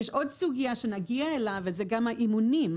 יש עוד סוגייה שנגיע אליה וזה גם האימונים.